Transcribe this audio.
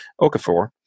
Okafor